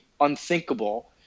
unthinkable